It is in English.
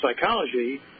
psychology